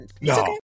No